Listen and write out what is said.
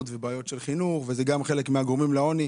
ובעיות של חינוך וזה גם חלק מהגורמים לעוני.